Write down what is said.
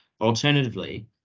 Alternatively